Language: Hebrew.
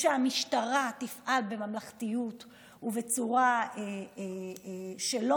והוא שהמשטרה תפעל בממלכתיות ובצורה שלא